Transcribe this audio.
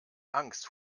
angst